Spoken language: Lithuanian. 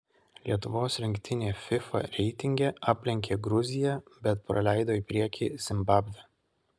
lietuvos rinktinė fifa reitinge aplenkė gruziją bet praleido į priekį zimbabvę